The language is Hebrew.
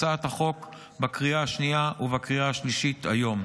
הצעת החוק בקריאה השנייה ובקריאה השלישית היום.